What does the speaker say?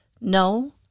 No